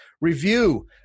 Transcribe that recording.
review